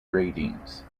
ratings